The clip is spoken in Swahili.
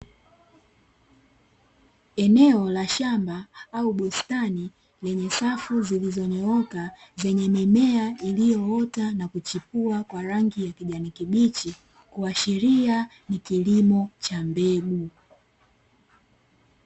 Eneo la shamba au bustani lenye safu zilizonyooka, zenye mimea iliyoota na kuchipua kwa rangi ya kijani kibichi ikiashiria kuwa ni kilimo cha mbegu.